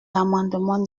l’amendement